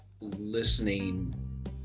listening